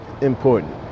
important